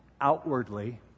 Outwardly